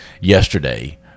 yesterday